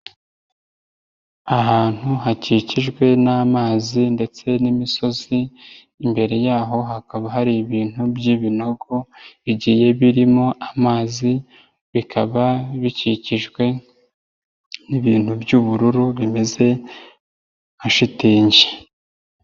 Ahantu hakikijwe n'amazi ndetse n'imisozi, imbere yaho hakaba hari ibintu by'ibinogo bigiye birimo amazi, bikaba bikikijwe n'ibintu by'ubururu bimeze nka shitingi.